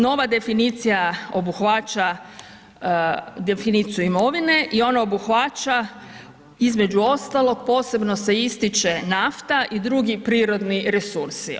Nova definicija obuhvaća definiciju imovine i ona obuhvaća između ostalog posebno se ističe nafta i drugi prirodni resursi.